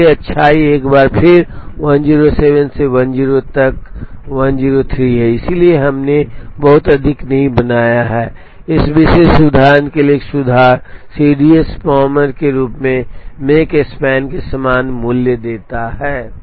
इसलिए अच्छाई एक बार फिर 107 से 103 तक 103 है इसलिए हमने बहुत अधिक नहीं बनाया है इस विशेष उदाहरण के लिए एक सुधार सीडीएस पामर के रूप में मेक स्पैन के समान मूल्य देता है